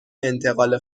انتقال